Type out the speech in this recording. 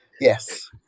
Yes